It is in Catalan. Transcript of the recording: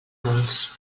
molts